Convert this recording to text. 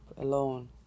alone